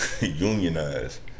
unionize